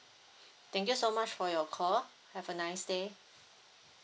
thank you so much for your call have a nice day